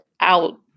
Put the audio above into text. out